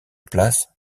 place